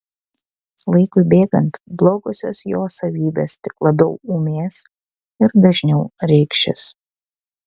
laikui bėgant blogosios jo savybės tik labiau ūmės ir dažniau reikšis